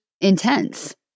intense